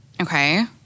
Okay